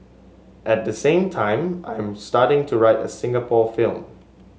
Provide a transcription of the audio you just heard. at the same time I am starting to write a Singapore film